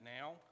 now